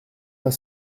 pas